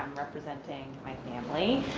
representing my family.